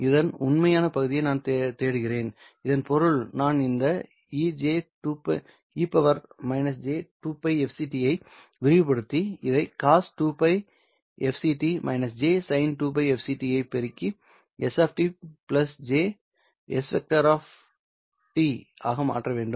இதன் உண்மையான பகுதியை நான் தேடுகிறேன் இதன் பொருள் நான் இந்த e j2πfct ஐ விரிவுபடுத்தி இதை cos2πfct jsin2πfct பெருக்கி s jŝ ஆக மாற்ற வேண்டும்